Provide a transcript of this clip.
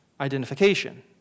Identification